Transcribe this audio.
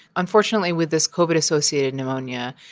unfortunately, with this covid-associated pneumonia,